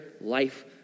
life